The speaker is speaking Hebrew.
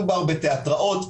מדובר בתיאטראות,